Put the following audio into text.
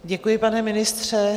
Děkuji, pane ministře.